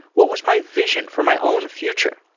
what was my vision for my own future?